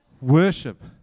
Worship